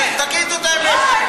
תגידו את האמת,